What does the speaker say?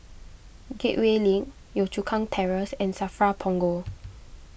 Gateway Link Yio Chu Kang Terrace and Safra Punggol